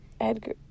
Edgar